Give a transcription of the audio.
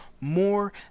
more